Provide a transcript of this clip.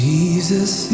Jesus